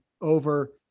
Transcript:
over